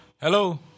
Hello